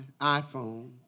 iPhone